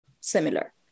similar